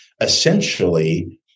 essentially